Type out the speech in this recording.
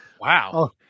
Wow